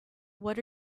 what